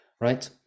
right